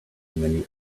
many